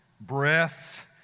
breath